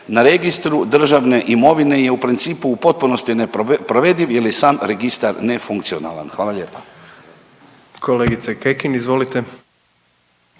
na Registru državne imovine je u principu u potpunosti neprovediv jer je sam Registar nefunkcionalan. Hvala lijepa. **Jandroković, Gordan